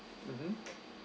mmhmm